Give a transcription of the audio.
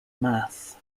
mass